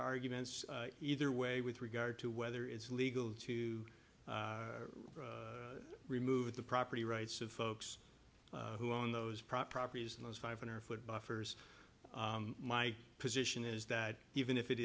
arguments either way with regard to whether it's legal to remove the property rights of folks who own those properties in those five hundred foot buffers my position is that even if it